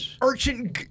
urchin